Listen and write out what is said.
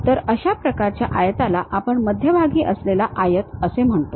तर अशा प्रकारच्या आयताला आपण मध्यभागी असलेला आयत असे म्हणतो